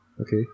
Okay